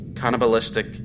cannibalistic